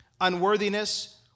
Unworthiness